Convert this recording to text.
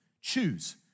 Choose